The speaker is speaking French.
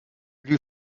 lui